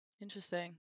Interesting